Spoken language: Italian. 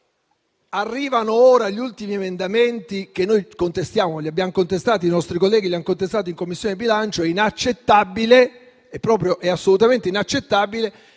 arrivano ora gli ultimi emendamenti, che noi contestiamo, che i nostri colleghi hanno contestato in Commissione bilancio. È inaccettabile,